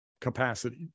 capacity